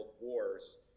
wars